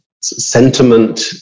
sentiment